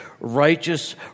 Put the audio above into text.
righteous